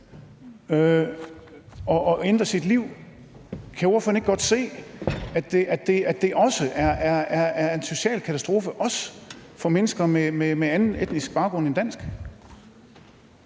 og ændre sit liv? Kan ordføreren ikke godt se, at det er en social katastrofe også for mennesker med anden etnisk baggrund end dansk?